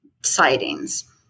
sightings